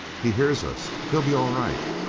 he hears us. he'll be all right!